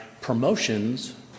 promotions